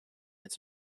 its